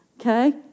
okay